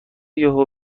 یهو